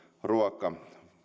ruoka